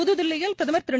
புதுதில்லியில் பிரதமர் திரு